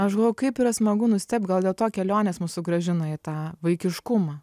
aš galvoju kaip yra smagu nustebt gal dėl to kelionės mus sugrąžina į tą vaikiškumą